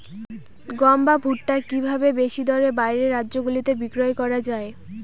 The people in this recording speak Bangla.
গম বা ভুট্ট কি ভাবে বেশি দরে বাইরের রাজ্যগুলিতে বিক্রয় করা য়ায়?